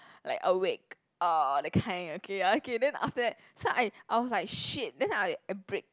like awake uh that kind okay okay then after that so I I was like shit then I I brake